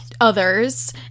Others